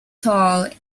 tall